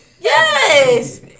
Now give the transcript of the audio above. Yes